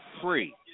free